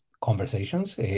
conversations